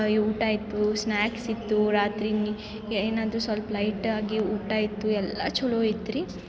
ಈ ಊಟ ಇತ್ತು ಸ್ನಾಕ್ಸ್ ಇತ್ತು ರಾತ್ರಿಗೆ ಏನಾದರು ಸ್ವಲ್ಪ್ ಲೈಟಾಗಿ ಊಟ ಇತ್ತು ಎಲ್ಲ ಚಲೋ ಇತ್ರಿ